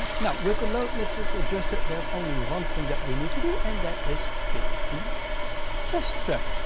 now with the load lifted adjusted, there's only one thing that we need to do, and that is fit the chest strap.